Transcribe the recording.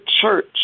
church